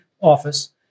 office